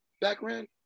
background